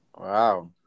Wow